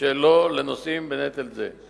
לנושאים בנטל זה.